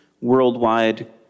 worldwide